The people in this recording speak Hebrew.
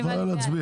את יכולה להצביע.